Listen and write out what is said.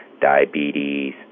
diabetes